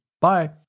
Bye